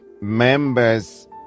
members